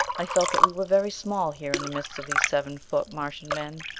i felt that we were very small, here in the midst of these seven foot martian men.